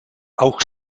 auch